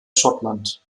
schottland